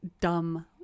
dumb